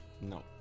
No